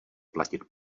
platit